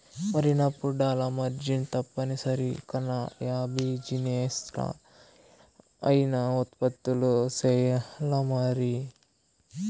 మారినప్పుడల్లా మార్జిన్ తప్పనిసరి కాన, యా బిజినెస్లా అయినా ఉత్పత్తులు సెయ్యాల్లమరి